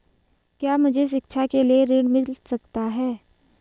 क्या मुझे शिक्षा के लिए ऋण मिल सकता है?